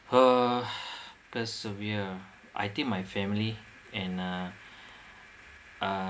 err persevere I think my family and uh uh